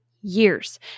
years